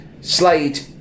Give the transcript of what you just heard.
Slade